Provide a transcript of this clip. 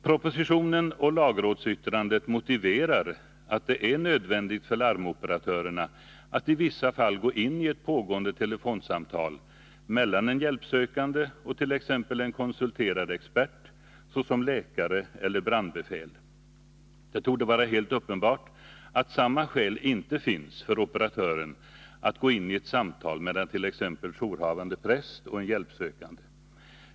Propositionen och lagrådsyttrandet motiverar att det är nödvändigt för larmoperatörerna att i vissa fall gå in i ett pågående telefonsamtal mellan en hjälpsökande och t.ex. en konsulterad expert, såsom läkare eller brandbefäl. Det torde vara helt uppenbart att samma skäl inte finns för operatören att gå ini ett samtal mellan t.ex. jourhavande präst och en hjälpsökande.